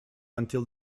until